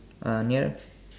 uh near